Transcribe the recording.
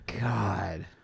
God